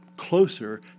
closer